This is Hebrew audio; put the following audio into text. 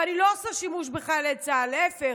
ואני לא עושה שימוש בחיילי צה"ל, להפך.